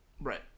Right